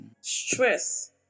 stress